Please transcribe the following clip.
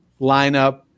lineup